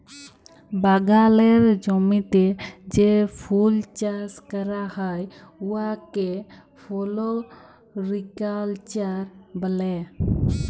বাগালের জমিতে যে ফুল চাষ ক্যরা হ্যয় উয়াকে ফোলোরিকাল্চার ব্যলে